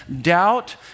doubt